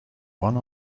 one